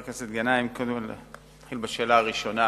חבר הכנסת גנאים, נתחיל בשאלה הראשונה.